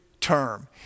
term